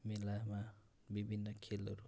मेलामा विभिन्न खेलहरू